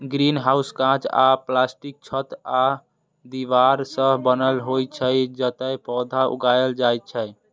greenhouse कांच या प्लास्टिकक छत आ दीवार सं बनल होइ छै, जतय पौधा उगायल जाइ छै